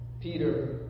Peter